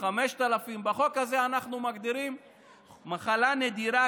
או 5,000. בחוק הזה אנחנו מגדירים מחלה נדירה